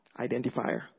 identifier